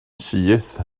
syth